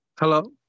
Hello